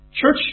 Church